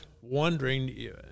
wondering